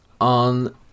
on